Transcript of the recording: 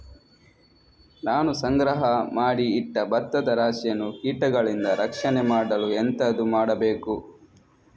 ನಾನು ಸಂಗ್ರಹ ಮಾಡಿ ಇಟ್ಟ ಭತ್ತದ ರಾಶಿಯನ್ನು ಕೀಟಗಳಿಂದ ರಕ್ಷಣೆ ಮಾಡಲು ಎಂತದು ಮಾಡಬೇಕು?